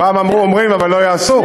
פעם אמרו: אומרים אבל לא יעשו.